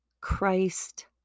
Christ